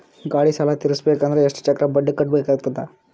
ಗಾಡಿ ಸಾಲ ತಿರಸಬೇಕಂದರ ಎಷ್ಟ ಚಕ್ರ ಬಡ್ಡಿ ಕಟ್ಟಬೇಕಾಗತದ?